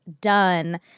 done